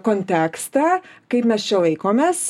kontekstą kaip mes čia laikomės